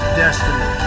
destiny